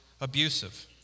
abusive